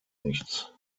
nichts